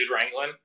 wrangling